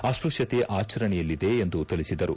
ಅಸ್ವಶ್ಯತೆ ಆಚರಣೆಯಲ್ಲಿದೆ ಎಂದು ತಿಳಿಸಿದರು